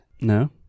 No